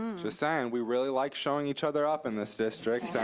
um just saying, we really like showing each other up in this district,